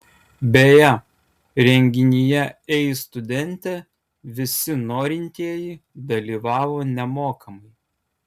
beje renginyje ei studente visi norintieji dalyvavo nemokamai